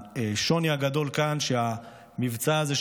השוני הגדול כאן הוא שהמבצע הזה,